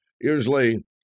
Usually